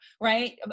right